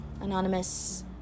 anonymous